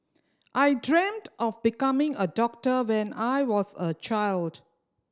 I dreamt of becoming a doctor when I was a child